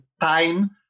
time